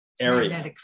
area